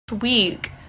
week